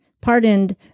Pardoned